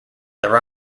their